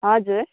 हजुर